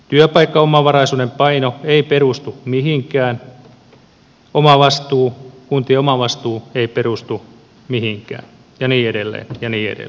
työpaikkaomavaraisuuden paino ei perustu mihinkään kuntien omavastuu ei perustu mihinkään ja niin edelleen